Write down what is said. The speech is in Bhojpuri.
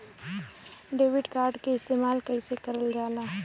डेबिट कार्ड के इस्तेमाल कइसे करल जाला?